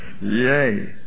Yay